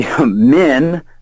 men